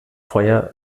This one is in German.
feuer